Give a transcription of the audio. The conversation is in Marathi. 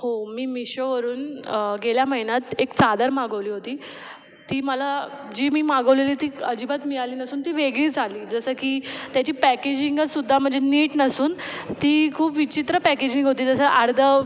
हो मी मिशोवरून गेल्या महिन्यात एक चादर मागवली होती ती मला जी मी मागवलेली ती अजिबात मिळाली नसून ती वेगळीच आली जसं की त्याची पॅकेजिंग सुद्धा म्हणजे नीट नसून ती खूप विचित्र पॅकेजिंग होती जसं अर्धं